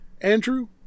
andrew